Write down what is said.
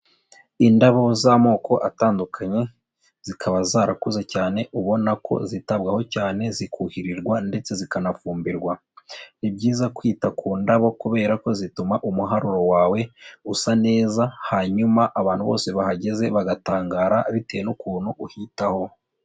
Indabo z'amoko atandukanye zikaba zarakuze cyane ubona ko zitabwaho cyane zikuhirirwa ndetse zikanafumbirwa. Ni byiza kwita ku ndabo kubera ko zituma umuharuro wawe usa neza, hanyuma abantu bose bahageze bagatangara bitewe n'ukuntu uhitaho.